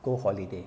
go holiday